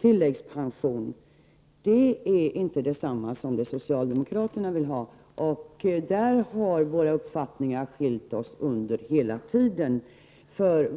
tilläggspension är inte detsamma som det socialdemokraterna vill ha — där har vi hela tiden haft skilda uppfattningar.